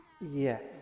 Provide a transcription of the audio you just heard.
Yes